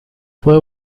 fue